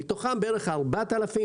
מתוכם בערך 4,000